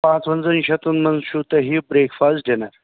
پانٛژھ وَنٛزٕے شَتھو منٛز چھُو تۄہہِ یہِ برٛیک فاسٹ ڈِنر